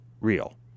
real